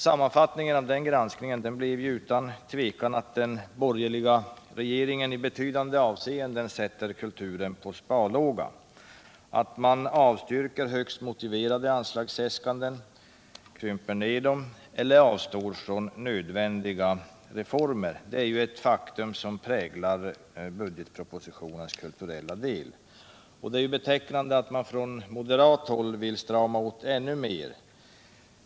Sammanfattningen av granskningen blir utan tvivel att den borgerliga regeringen i betydande avseenden sätter kulturen på sparlåga. Man avstyrker högst motiverade anslagsäskanden, krymper ned dem eller avstår från nödvändiga reformer — det är ett faktum som präglar budgetpropositionens kulturella del. Det är betecknande att man från moderat håll vill strama åt ännu mer.